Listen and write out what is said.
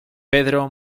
pedro